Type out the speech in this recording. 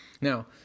now